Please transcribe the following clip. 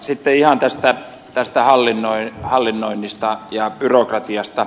sitten ihan tästä hallinnoinnista ja byrokratiasta